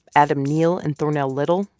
adam neal and thornell little,